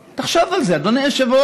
תחשוב על זה, אדוני היושב-ראש.